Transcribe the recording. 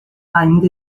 ainda